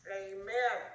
amen